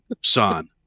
son